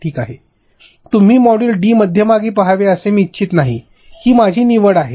ठीक आहे तुम्ही मॉड्यूल डी मध्यभागी पहावे असे मी इच्छित नाही ही माझी निवड आहे